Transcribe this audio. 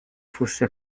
fosse